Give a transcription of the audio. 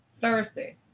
thursday